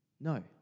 No